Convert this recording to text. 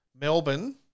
Melbourne